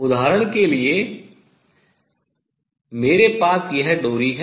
उदाहरण के लिए यदि मेरे पास यह डोरी है